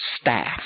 staff